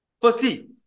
Firstly